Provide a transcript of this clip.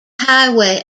highway